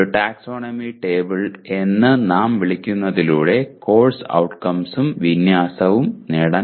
ഒരു taxonomy table എന്ന് നാം വിളിക്കുന്നതിലൂടെ കോഴ്സ് ഔട്ട്കംസും വിന്യാസവും അതാണ്